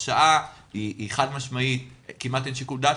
ההרשעה היא חד-משמעית, כמעט אין שיקול דעת.